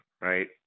Right